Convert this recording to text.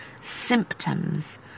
symptoms